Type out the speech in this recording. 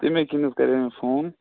تٔمی کِنۍ حظ کَرے مےٚ فون